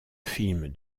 film